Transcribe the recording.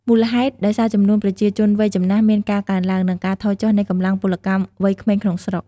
មូលហេតុដោយសារចំនួនប្រជាជនវ័យចំណាស់មានការកើនឡើង និងការថយចុះនៃកម្លាំងពលកម្មវ័យក្មេងក្នុងស្រុក ។